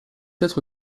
être